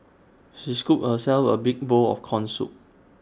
she scooped herself A big bowl of Corn Soup